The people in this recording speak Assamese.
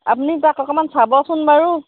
আপুনি তাক অকণমান চাবচোন বাৰু